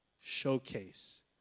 showcase